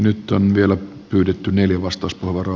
nyt on vielä pyydetty neljä vastauspuheenvuoroa